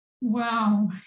Wow